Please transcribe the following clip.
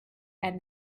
and